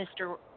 Mr